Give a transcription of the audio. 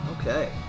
Okay